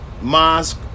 mosque